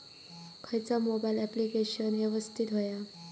खयचा mobile application यवस्तित होया?